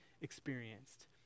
experienced